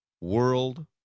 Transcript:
world